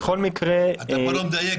אתה פה לא מדייק.